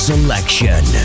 Selection